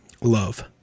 Love